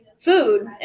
food